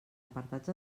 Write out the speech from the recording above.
apartats